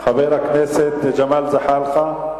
חבר הכנסת ג'מאל זחאלקה?